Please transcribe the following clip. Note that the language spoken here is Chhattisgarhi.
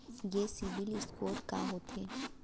ये सिबील स्कोर का होथे?